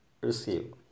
receive